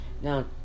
now